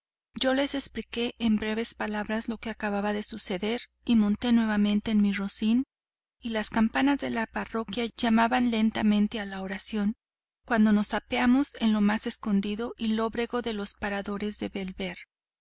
yo les explique en breves palabras lo que acababa de sucederme monte nuevamente en mi rocín y las campanas de la parroquia llamaban lentamente a la oración cuando nos apeamos en el más escondido y lóbrego de los paradores de bellver